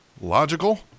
logical